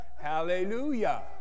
Hallelujah